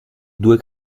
due